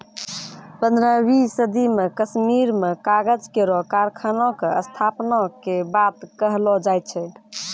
पन्द्रहवीं सदी म कश्मीर में कागज केरो कारखाना क स्थापना के बात कहलो जाय छै